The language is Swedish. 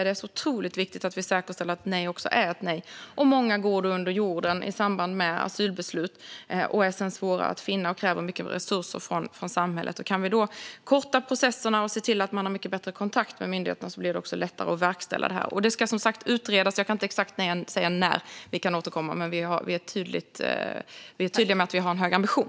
Det är otroligt viktigt att vi säkerställer att ett nej också är ett nej. Många går under jorden i samband med asylbeslut. De är sedan svårare att finna och kräver mycket mer resurser från samhället. Kan vi korta processerna och se till att man har mycket bättre kontakt med myndigheterna blir det också lättare att verkställa det här. Detta ska som sagt utredas. Jag kan inte säga exakt när vi kan återkomma, men vi är tydliga med att vi har en hög ambition.